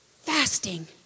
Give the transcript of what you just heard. Fasting